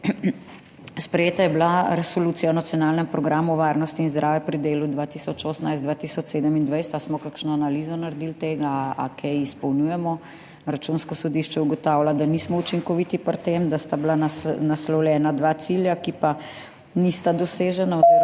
Sprejeta je bila Resolucija o nacionalnem programu varnosti in zdravja pri delu 2018–2027. Zanima me: Ali smo naredili kakšno analizo te resolucije? Ali kaj izpolnjujemo? Računsko sodišče ugotavlja, da nismo učinkoviti pri tem, da sta bila naslovljena dva cilja, ki pa nista dosežena oziroma